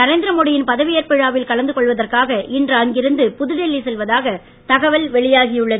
நரேந்திரமோடியின் பதவியேற்பு விழாவில் கலந்து கொள்வதற்காக இன்று அங்கிருந்து புதுடில்லி செல்வதாக தகவல் வெளியாகி உள்ளது